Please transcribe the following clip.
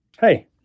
Hey